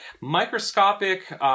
microscopic